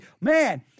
man